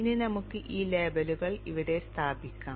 ഇനി നമുക്ക് ഈ ലേബലുകൾ ഇവിടെ സ്ഥാപിക്കാം